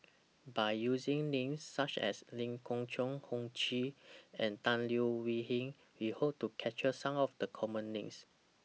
By using Names such as Lee Khoon Choy Ho Ching and Tan Leo Wee Hin We Hope to capture Some of The Common Names